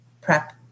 prep